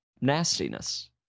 nastiness